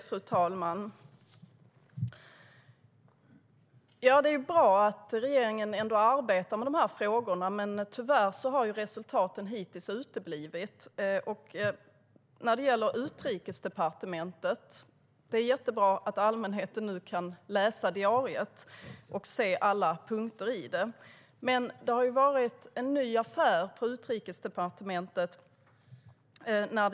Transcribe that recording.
Fru talman! Det är bra att regeringen ändå arbetar med frågorna, men tyvärr har resultaten hittills uteblivit. När det gäller Utrikesdepartementet är det jättebra att allmänheten nu kan läsa diariet och se alla punkter i det. Det har dock varit en ny affär på Utrikesdepartementet.